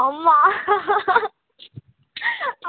అమ్మా